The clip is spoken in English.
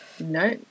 No